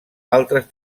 altres